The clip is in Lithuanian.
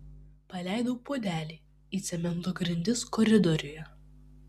paleidau puodelį į cemento grindis koridoriuje